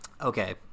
okay